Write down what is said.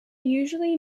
usually